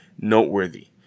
noteworthy